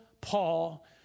Paul